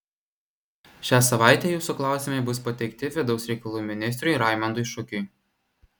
šią savaitę jūsų klausimai bus pateikti vidaus reikalų ministrui raimondui šukiui